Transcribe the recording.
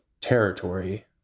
territory